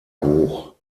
hoch